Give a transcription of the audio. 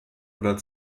oder